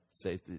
say